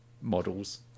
models